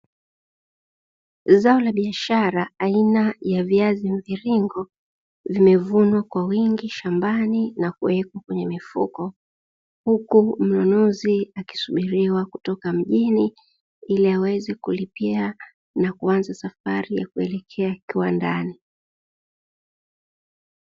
Zao la biashara aina ya viazi mviringo vimevunwa kwa wingi shambani na kuwekwa kwenye mifuko, huku mnunuzi akisubiriwa kutoka mjini ili aweze kulipia na kuanza safari ya kuelekea kiwandani.